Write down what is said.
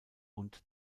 und